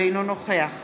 אינו נוכח